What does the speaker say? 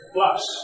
Plus